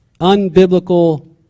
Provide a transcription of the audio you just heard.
unbiblical